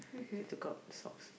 they took out the socks